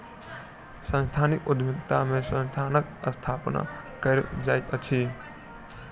सांस्थानिक उद्यमिता में संस्थानक स्थापना कयल जाइत अछि